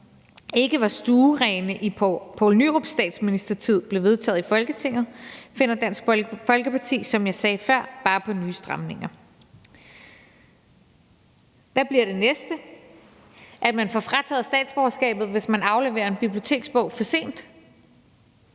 ikke var stuerene i Poul Nyrup Rasmussens statsministertid, bliver vedtaget i Folketinget, finder Dansk Folkeparti, som jeg sagde før, bare på nye stramninger. Hvad bliver det næste – at man får frataget statsborgerskabet, hvis man afleverer en biblioteksbog for sent?